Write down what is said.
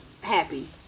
happy